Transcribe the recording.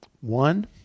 One